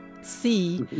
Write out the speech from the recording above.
see